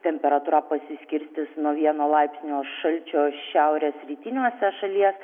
temperatūra pasiskirstys nuo vieno laipsnio šalčio šiaurės rytiniuose šalies